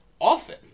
often